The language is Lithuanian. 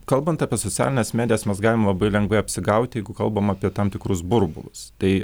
kalbant apie socialines medijas mes galim labai lengvai apsigauti jeigu kalbam apie tam tikrus burbulus tai